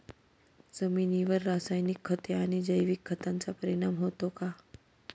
जमिनीवर रासायनिक खते आणि जैविक खतांचा परिणाम होतो का?